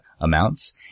amounts